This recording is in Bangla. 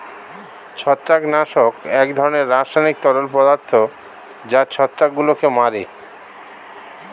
ছত্রাকনাশক এক ধরনের রাসায়নিক তরল পদার্থ যা ছত্রাকগুলোকে মারে